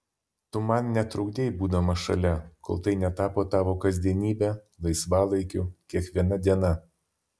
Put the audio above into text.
tu man netrukdei būdama šalia kol tai netapo tavo kasdienybe laisvalaikiu kiekviena diena